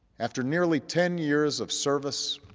after nearly ten years of service,